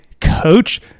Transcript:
Coach